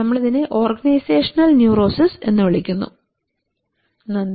നമ്മൾ ഇതിനെ organisational neurosis എന്ന് വിളിക്കുന്നു നന്ദി